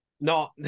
No